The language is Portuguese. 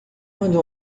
quando